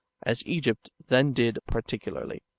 as egypt then did particularly.